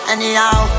Anyhow